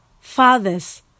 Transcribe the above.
Fathers